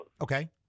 Okay